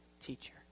teacher